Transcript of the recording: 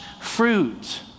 fruit